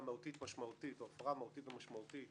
מהותית משמעותית או הפרה מהותית ומשמעותית